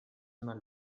mal